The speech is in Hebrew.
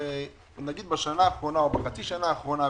למשל בשנה האחרונה או בחצי השנה האחרונה,